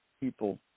people